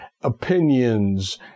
opinions